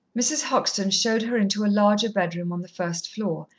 mrs. hoxton showed her into a larger bedroom on the first floor,